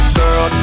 girl